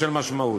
ושל משמעות.